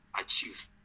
achieve